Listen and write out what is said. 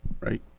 right